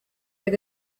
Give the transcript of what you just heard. with